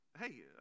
Hey